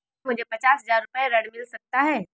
क्या मुझे पचास हजार रूपए ऋण मिल सकता है?